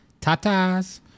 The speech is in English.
Tatas